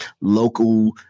local